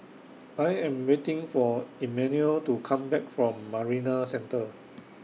I Am waiting For Emmanuel to Come Back from Marina Centre